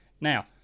Now